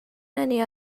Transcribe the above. many